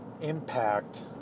impact